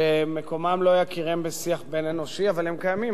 שמקומם לא יכירם בשיח בין-אנושי, אבל הם קיימים.